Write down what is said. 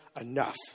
enough